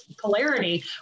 polarity